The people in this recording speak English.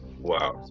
wow